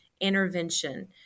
intervention